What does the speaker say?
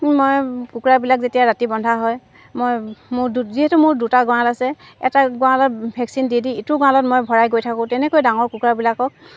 মই কুকুৰাবিলাক যেতিয়া ৰাতি বন্ধা হয় মই মোৰ দু যিহেতু মোৰ দুটা গঁড়াল আছে এটা গঁড়ালত ভেকচিন দি দি ইটো গঁড়ালত মই ভৰাই গৈ থাকোঁ তেনেকৈ ডাঙৰ কুকুৰাবিলাকক